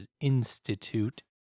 Institute